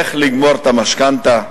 איך לגמור את המשכנתה,